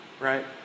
Right